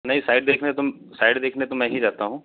नहीं साइट देखने तो साइट देखने तो मैं ही जाता हूँ